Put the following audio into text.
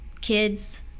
kids